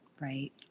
right